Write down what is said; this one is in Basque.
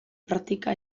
praktika